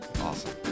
Awesome